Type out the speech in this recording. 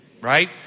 Right